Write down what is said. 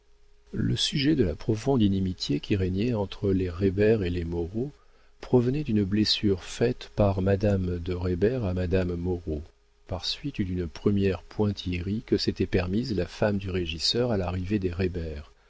le sujet de la profonde inimitié qui régnait entre les reybert et les moreau provenait d'une blessure faite par madame de reybert à madame moreau par suite d'une première pointillerie que s'était permise la femme du régisseur à l'arrivée des